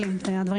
מה